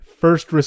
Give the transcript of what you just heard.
first